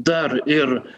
dar ir